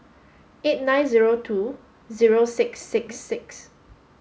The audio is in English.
eight nine zero two zero six six six